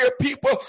people